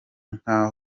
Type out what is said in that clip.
nk’aya